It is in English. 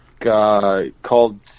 Called